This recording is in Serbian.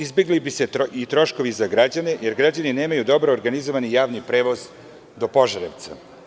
Izbegli bi se troškovi i za građane jer građani nemaju dobro organizovani javni prevoz do Požarevca.